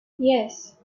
yes